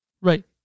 Right